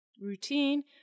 routine